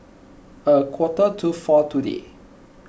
a quarter to four today